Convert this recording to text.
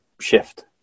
shift